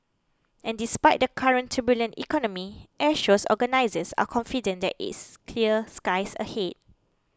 and despite the current turbulent economy Airshows organisers are confident that it's clear skies ahead